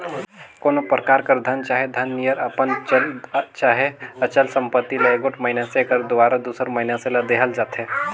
कोनो परकार कर धन चहे धन नियर अपन चल चहे अचल संपत्ति ल एगोट मइनसे कर दुवारा दूसर मइनसे ल देहल जाथे